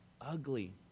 ugly